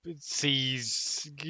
sees